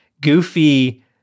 goofy